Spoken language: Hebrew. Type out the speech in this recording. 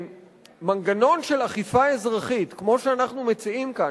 ומנגנון של אכיפה אזרחית כמו שאנחנו מציעים כאן,